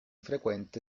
frequente